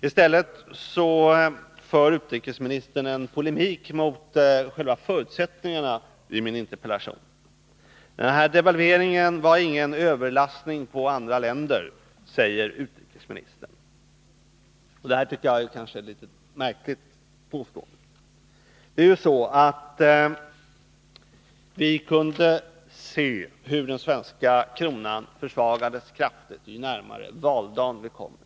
I stället för utrikesministern en polemik mot själva förutsättningarna i min interpellation. Devalveringen var ingen överlastning på andra länder, säger utrikesministern. Det tycker jag är ett märkligt påstående. Vi kunde se hur den svenska kronan försvagades kraftigt ju närmare valdagen vi kom i somras.